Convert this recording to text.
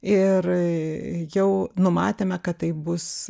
ir jau numatėme kad tai bus